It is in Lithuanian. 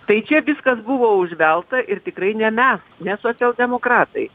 tai čia viskas buvo užvelta ir tikrai ne mes ne socialdemokratai